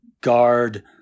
guard